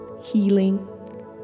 healing